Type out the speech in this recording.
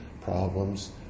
problems